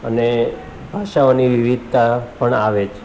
અને ભાષાઓની વિવિધતા પણ આવે જ